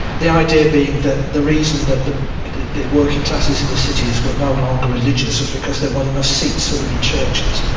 the idea being that the reason that the the working classes in the cities were no longer religious was because there weren't enough seats for them in churches. and